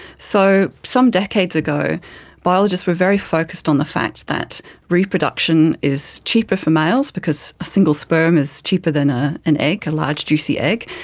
so some decades ago biologists were very focused on the fact that reproduction is cheaper for males because a single sperm is cheaper than ah an egg, a large juicy egg,